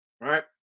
Right